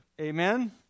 Amen